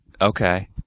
Okay